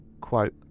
Quote